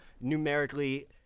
numerically-